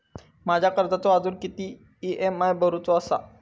माझ्या कर्जाचो अजून किती ई.एम.आय भरूचो असा?